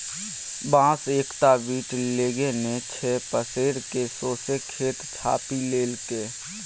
बांस एकटा बीट लगेने छै पसैर कए सौंसे खेत छापि लेलकै